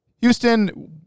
Houston